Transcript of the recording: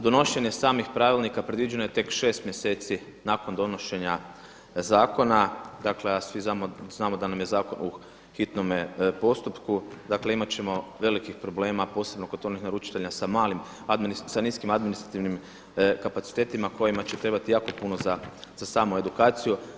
Donošenje samih pravilnika predviđeno je tek 6 mjeseci nakon donošenja zakona, dakle a svi znamo da nam je zakon u hitnome postupku, dakle imati ćemo velikih problema posebno kod onih naručitelja sa niskim administrativnim kapacitetima kojima će trebati jako puno za samu edukaciju.